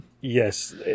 yes